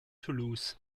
toulouse